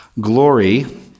Glory